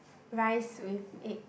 rice with egg